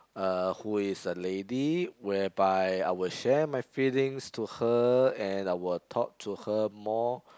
uh who is a lady whereby I would share my feelings to her and I will talk to her more